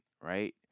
right